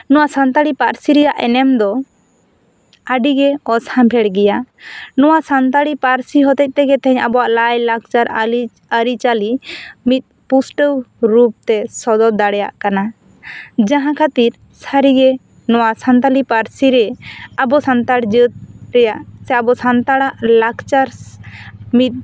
ᱱᱚᱣᱟ ᱥᱟᱱᱛᱟᱲᱤ ᱯᱟᱹᱨᱥᱤ ᱨᱮᱭᱟᱜ ᱮᱱᱮᱢ ᱫᱚ ᱟᱹᱰᱤ ᱜᱮ ᱚᱥᱟᱢᱵᱷᱮᱲ ᱜᱮᱭᱟ ᱱᱚᱣᱟ ᱥᱟᱱᱛᱟᱲᱤ ᱯᱟᱹᱨᱥᱤ ᱦᱚᱛᱮᱛᱮ ᱛᱮᱜᱮ ᱛᱮᱦᱮᱧ ᱟᱵᱚᱣᱟᱜ ᱞᱟᱹᱭ ᱞᱟᱠᱪᱟᱨ ᱟᱹᱞᱤ ᱟᱹᱨᱤ ᱪᱟᱹᱞᱤ ᱢᱤᱫ ᱯᱩᱥᱴᱟᱹᱣ ᱨᱩᱯ ᱛᱮ ᱥᱚᱫᱚᱨ ᱫᱟᱲᱮᱭᱟᱜ ᱠᱟᱱᱟ ᱡᱟᱦᱟᱸ ᱠᱷᱟᱹᱛᱤᱨ ᱥᱟᱹᱨᱤ ᱜᱮ ᱱᱚᱣᱟ ᱥᱟᱱᱛᱟᱲᱤ ᱯᱟᱹᱨᱥᱤ ᱨᱮ ᱟᱵᱚ ᱥᱟᱱᱛᱟᱲ ᱡᱟᱹᱛ ᱛᱮᱭᱟᱜ ᱥᱮ ᱟᱵᱚ ᱥᱟᱱᱛᱟᱲᱟᱜ ᱞᱟᱠᱪᱟᱨ ᱢᱤᱫ